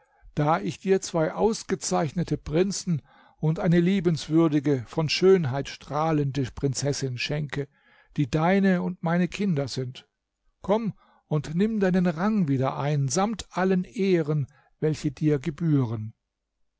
da ich dir zwei ausgezeichnete prinzen und eine liebenswürdige von schönheit strahlende prinzessin schenke die deine und meine kinder sind komm und nimm deinen rang wieder ein samt allen ehren welche dir gebühren